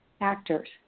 actors